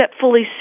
Fully